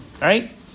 Right